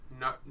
No